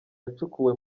yacukuwe